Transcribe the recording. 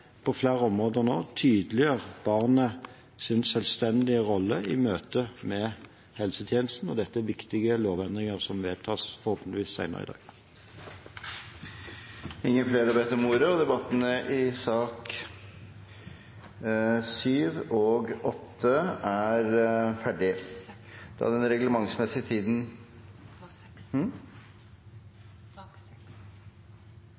på flere områder tydeliggjør barnets selvstendige rolle i møte med helsetjenesten. Dette er viktige lovendringer, som vedtas, forhåpentligvis, senere i dag. Flere har ikke bedt ordet til sak nr. 6. Etter ønske fra helse- og omsorgskomiteen vil presidenten foreslå at sakene nr. 7 og